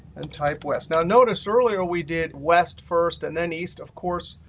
and type west. now notice earlier, we did west first and then east, of course,